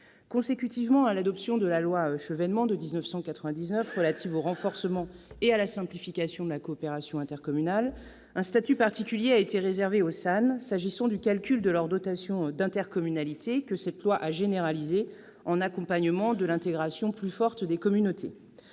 Consécutivement à l'adoption de la loi Chevènement de 1999 relative au renforcement et à la simplification de la coopération intercommunale, un statut particulier a été réservé aux SAN s'agissant du calcul de leur dotation d'intercommunalité, que cette loi a généralisé en accompagnement de l'intégration plus forte des communautés.